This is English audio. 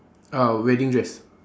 ah wedding dress